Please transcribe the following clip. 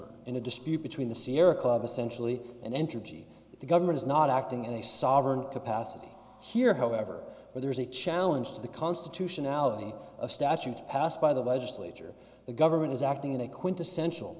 keeper in a dispute between the sierra club essentially and entergy the government is not acting as a sovereign capacity here however there is a challenge to the constitutionality of statute passed by the legislature the government is acting in a quintessential